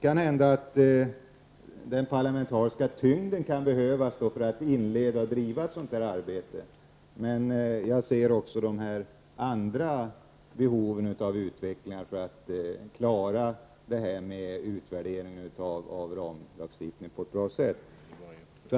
Kanske den parlamentariska tyngden kan behövas för att inleda och driva ett sådant arbete. Men jag ser också de andra behoven av utveckling för att klara detta med utvärdering av ramlagstiftningen på ett bra sätt.